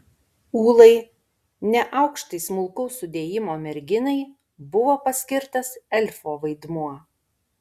ūlai neaukštai smulkaus sudėjimo merginai buvo paskirtas elfo vaidmuo